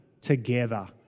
together